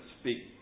speak